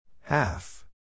Half